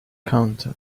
counter